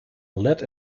led